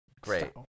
great